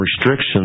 restrictions